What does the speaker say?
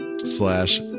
Slash